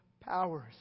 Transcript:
powers